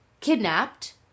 kidnapped